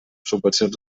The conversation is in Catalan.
subvencions